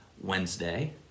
Wednesday